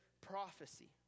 prophecy